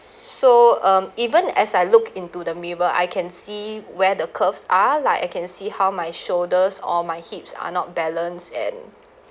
so um even as I look into the mirror I can see where the curves are like I can see how my shoulders or my hips are not balance and